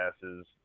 passes